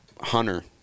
Hunter